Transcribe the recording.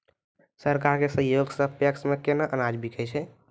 सरकार के सहयोग सऽ पैक्स मे केना अनाज बिकै छै?